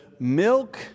Milk